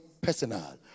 personal